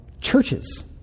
Churches